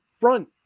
front